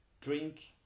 drink